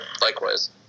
likewise